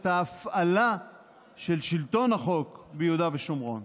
ההפעלה של שלטון החוק ביהודה ושומרון.